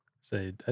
say